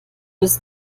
ist